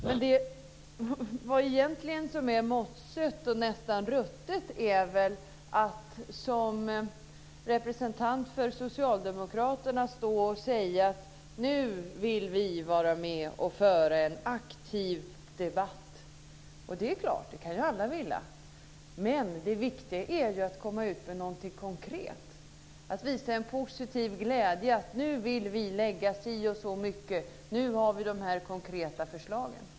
Men något som verkligen är mossigt och nästan ruttet är att som representant för Socialdemokraterna stå och säga att man nu vill vara med och föra en aktiv debatt. Det är ju klart - det kan alla vilja. Men det viktiga är att komma med något konkret, att visa en positiv glädje, tala om att man vill lägga si eller så mycket och att man har vissa konkreta förslag.